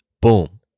boom